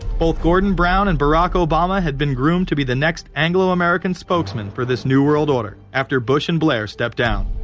both gordon brown and barack obama had been groomed. to be the next anglo-american spokesmen for this new world order. after bush and blair stepped down.